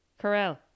Carell